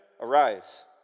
arise